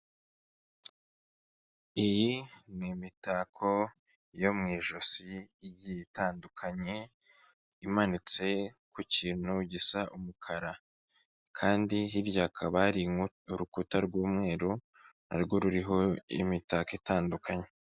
Iyi ni imitako yo mu ijosi igiye itandukanye, imanitse ku kintu gisa umukara, kandi hirya hakaba hari urukuta rw'umweru narwo ruriho imitako itandukanye.